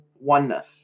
oneness